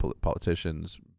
Politicians